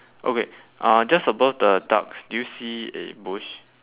okay uh just above the ducks do you see a bush